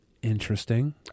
Interesting